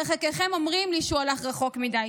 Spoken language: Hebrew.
הרי חלקכם אומרים לי שהוא הלך רחוק מדי,